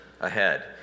ahead